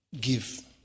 give